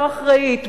לא אחראית,